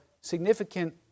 significant